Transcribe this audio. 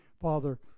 Father